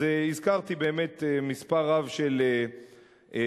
אז הזכרתי באמת מספר רב של צעדים,